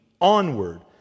onward